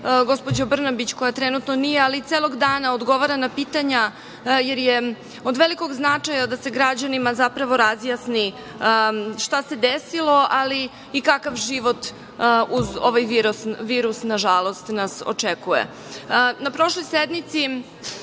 gospođo Brnabić, koja trenutno nije, ali celog dana odgovara na pitanja, jer je od velikog značaja da se građanima zapravo razjasni šta se desilo, ali i kakav život uz ovaj virus na žalost nas očekuje. Na prošloj sednici